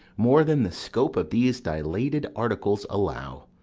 more than the scope of these dilated articles allow.